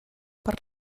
per